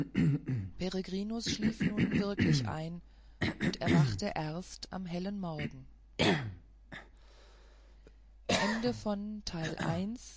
schlief nun wirklich ein und erwachte erst am hellen morgen